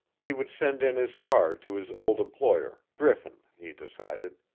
he would send in his card to his old employer, griffin, he decided,